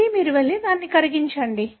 మళ్ళీ మీరు వెళ్లి దానిని కరిగించండి